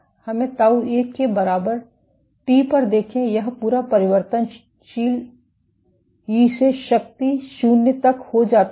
हमें ताऊ 1 के बराबर टी पर देखें यह पूरा परिवर्तनशील ई से शक्ति शून्य तक हो जाता है